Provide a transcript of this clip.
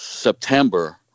september